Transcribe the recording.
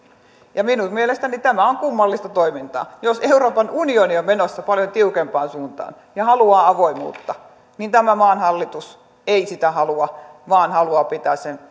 minun mielestäni tämä on kummallista toimintaa jos euroopan unioni on menossa paljon tiukempaan suuntaan ja haluaa avoimuutta niin tämän maan hallitus ei sitä halua vaan haluaa pitää